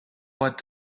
what